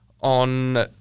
on